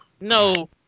No